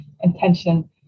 intention